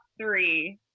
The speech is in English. three